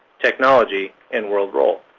technology, and world role.